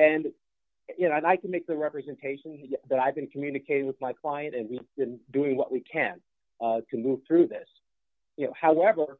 and you know i can make the representation that i can communicate with my client and we doing what we can to move through this you know however